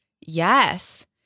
Yes